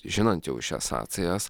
žinant jau šias sąsajas